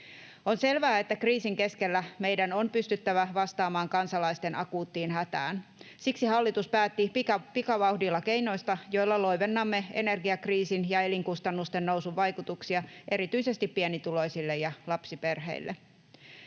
On selvää, että kriisin keskellä meidän on pystyttävä vastaamaan kansalaisten akuuttiin hätään. Siksi hallitus päätti pikavauhdilla keinoista, joilla loivennamme energiakriisin ja elinkustannusten nousun vaikutuksia erityisesti pienituloisille ja lapsiperheille.